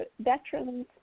veterans